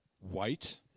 White